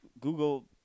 Google